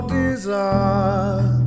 desire